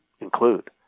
include